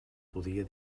podia